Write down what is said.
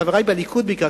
לחברי בליכוד בעיקר,